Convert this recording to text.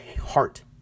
heart